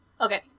Okay